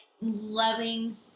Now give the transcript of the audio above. loving